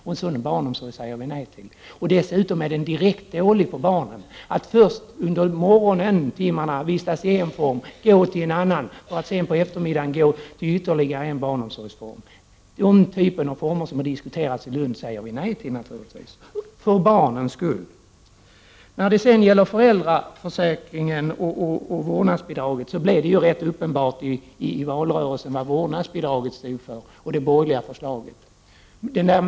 En sådan barnomsorg säger vi nej till. Dessutom är en sådan barnomsorg direkt dålig för barnen. Först skall man under morgontimmarna vara hänvisad till en barnomsorgsform och sedan skall man behöva gå till en annan. På eftermiddagen måste man välja ytterligare en annan barnomsorgsform. Den typen av barnomsorg — vilken har diskuterats i Lund — säger vi naturligtvis nej till. Vi gör det för barnens skull. När det gäller föräldraförsäkringen och vårdnadsbidraget var det rätt uppenbart i valrörelsen vad vårdnadsbidraget och det borgerliga förslaget stod för.